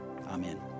Amen